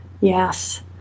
Yes